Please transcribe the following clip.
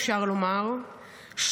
אפשר לומר,